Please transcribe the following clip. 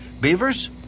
Beavers